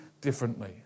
differently